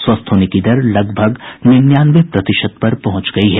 स्वस्थ होने की दर लगभग निन्यानवे प्रतिशत पर पहुंच गयी है